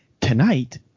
tonight